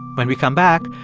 when we come back,